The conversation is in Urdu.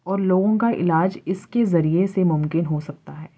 اور لوگوں کا علاج اس کے ذریعے سے ممکن ہو سکتا ہے